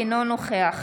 אינו נוכח